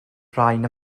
rhain